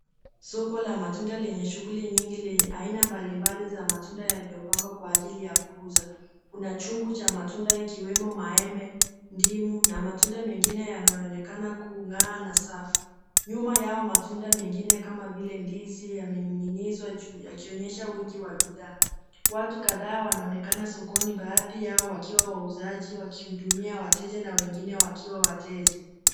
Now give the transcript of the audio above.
Soko la matunda lenye shughuli nyingi lenye aina mbali za matunda yaliyo pangwa kwa ajili ya kuuza. kuna chungu cha matunda ikiwemo maembe, ndimu na matunda nyingine yanayo onekana kung'aa na safi. Nyuma yao matunda mengine kama vile ndizi yameninginizwa juu yakionyesha wingi wa bidhaa. Watu kadhaa wanaonekana sokoni baadhi yao wakiwa wauzaji wakihudumia wateja na wengine wakiwa wateja.